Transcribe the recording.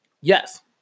Yes